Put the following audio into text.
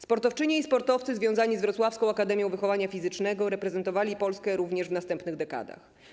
Sportowczynie i sportowcy związani z wrocławską Akademią Wychowania Fizycznego reprezentowali Polskę również w następnych dekadach.